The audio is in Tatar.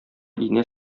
инә